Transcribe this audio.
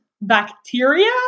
bacteria